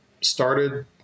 started